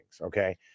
okay